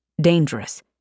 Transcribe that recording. dangerous